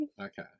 Okay